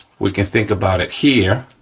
we can think about it here,